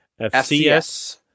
FCS